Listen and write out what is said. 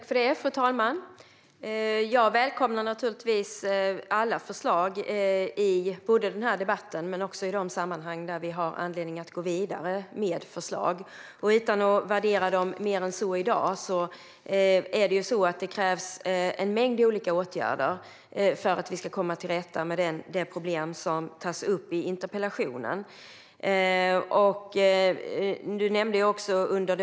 Fru talman! Jag välkomnar naturligtvis alla förslag både i den här debatten och i de sammanhang där vi har anledning att gå vidare med förslag. Utan att värdera dem mer än så i dag vill jag säga att det krävs en mängd olika åtgärder för att vi ska komma till rätta med det problem som tas upp i interpellationen. Jörgen Warborn nämnde även EU i sitt inlägg.